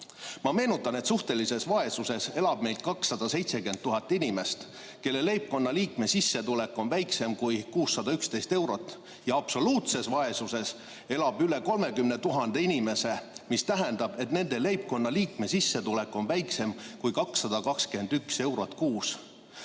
meenutan, et suhtelises vaesuses elab meil 270 000 inimest, kelle leibkonna liikme sissetulek on väiksem kui 611 eurot. Ja absoluutses vaesuses elab üle 30 000 inimese, mis tähendab, et nende leibkonna liikme sissetulek on väiksem kui 221 eurot kuus.